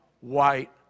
white